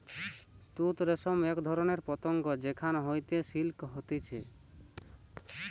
তুত রেশম এক ধরণের পতঙ্গ যেখান হইতে সিল্ক হতিছে